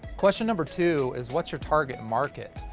question number two is what's your target market?